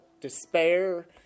despair